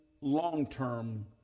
long-term